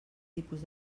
tipus